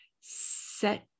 Set